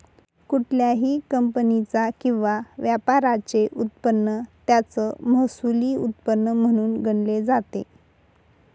कुठल्याही कंपनीचा किंवा व्यापाराचे उत्पन्न त्याचं महसुली उत्पन्न म्हणून गणले जाते